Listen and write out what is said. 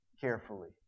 carefully